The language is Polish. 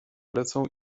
lecą